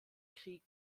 krieg